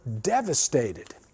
devastated